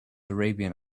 arabian